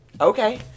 okay